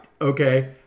okay